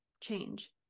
change